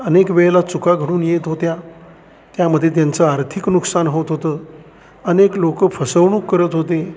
अनेक वेळेला चुका घडून येत होत्या त्यामध्ये त्यांचं आर्थिक नुकसान होत होतं अनेक लोक फसवणूक करत होते